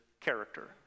character